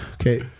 Okay